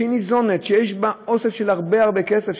שיש בה הרבה הרבה כסף,